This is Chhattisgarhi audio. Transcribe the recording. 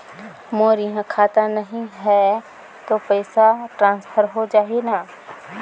मोर इहां खाता नहीं है तो पइसा ट्रांसफर हो जाही न?